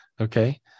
okay